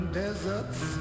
deserts